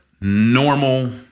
normal